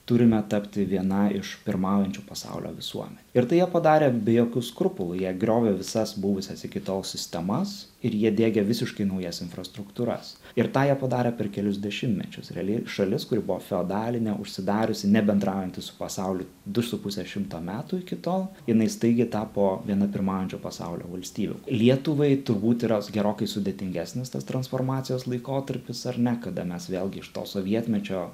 turime tapti viena iš pirmaujančių pasaulio visuomenių ir tai jie padarė be jokių skrupulų jie griovė visas buvusias iki tol sistemas ir jie diegė visiškai naujas infrastruktūras ir tą jie padarė per kelius dešimtmečius realiai šalis kuri buvo feodalinė užsidariusi nebendraujanti su pasauliu du su puse šimto metų iki tol jinai staigiai tapo viena pirmaujančių pasaulio valstybių lietuvai turbūt yra gerokai sudėtingesnis tas transformacijos laikotarpis ar ne kada mes vėlgi iš to sovietmečio